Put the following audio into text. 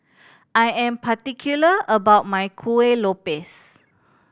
I am particular about my Kuih Lopes